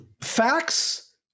facts